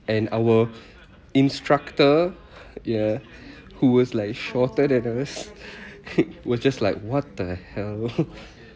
and our instructor ya who was like shorter than us was just like what the hell